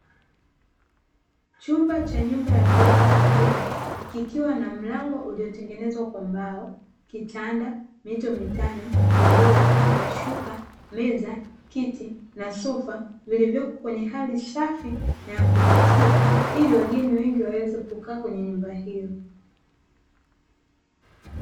Chumba cha nyumba Cha kulala wageni, kikiwa na mlango uliotengenezwa kwa mbao, kitanda, mito mitano, godoro, mashuka, meza, kiti na sofa vilivyopo kwenye hali safi na kuvutia ili wageni wengi waweze kukaa kwenye nyumba hiyo.